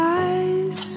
eyes